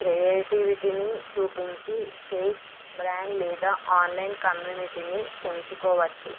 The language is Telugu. క్రియేటివిటీని చూపించి ఫేస్ బ్రాండ్ లేదా ఆన్లైన్ కమ్యూనిటీని పెంచుకోవచ్చు